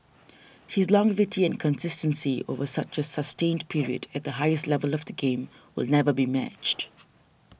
his longevity and consistency over such a sustained period at the highest level of the game will never be matched